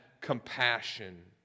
compassion